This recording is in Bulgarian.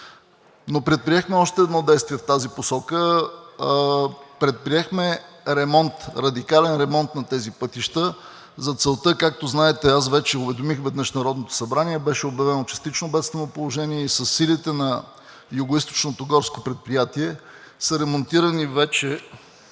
Но предприехме още едно действие в тази посока. Предприехме ремонт, радикален ремонт на тези пътища. За целта, както знаете, аз вече уведомих веднъж Народното събрание, беше обявено частично бедствено положение и със силите на Югоизточното горско предприятие са ремонтирани вече